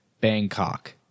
Bangkok